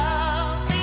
Love